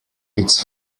its